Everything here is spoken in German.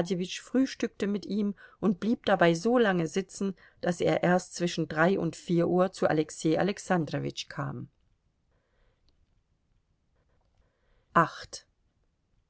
frühstückte mit ihm und blieb dabei so lange sitzen daß er erst zwischen drei und vier uhr zu alexei alexandrowitsch kam